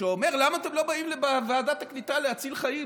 שאומר: למה אתם לא באים לוועדת הקליטה להציל חיים,